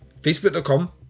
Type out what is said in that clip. facebook.com